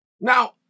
Now